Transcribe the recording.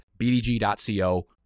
bdg.co